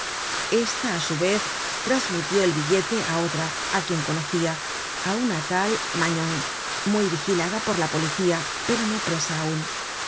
esta á su vez trasmitió el billete áotra á quien conocia á una tal magnon muy vigilada por la policía pero no presa aun